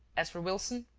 as for wilson,